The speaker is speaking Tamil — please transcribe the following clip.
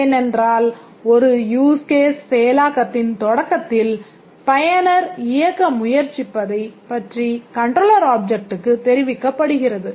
ஏனென்றால் ஒரு Use Case செயலாக்கத்தின் தொடக்கத்தில் பயனர் இயக்க முயற்சிப்பதைப் பற்றி Controller Objectக்கு தெரிவிக்கப்படுகிறது